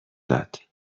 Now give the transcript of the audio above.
داد